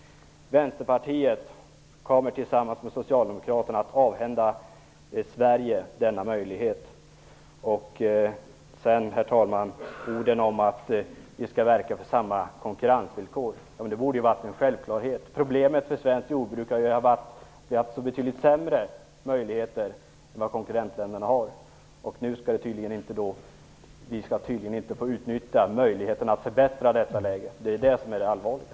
Vänsterpartiet kommer att tillsammans med Socialdemokraterna att avhända Sverige denna möjlighet. Herr talman! Att vi skall verka på samma konkurrensvillkor borde vara en självklarhet. Problemet för svenskt jordbruk är att det har varit betydligt sämre möjligheter än för konkurrentländerna. Nu skall vi tydligen inte få utnyttja möjligheten att förbättra detta läge. Det är det som är det allvarliga.